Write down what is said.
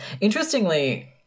Interestingly